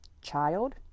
child